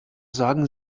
sagen